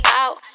out